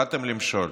באתם למשול.